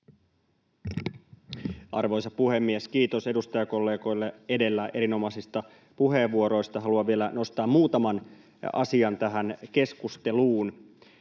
Arvoisa puhemies! Kiitos edustajakollegoille edellä erinomaisista puheenvuoroista. Haluan vielä nostaa muutaman asian tähän keskusteluun.